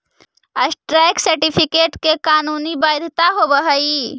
stock certificate के कानूनी वैधता होवऽ हइ